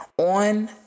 On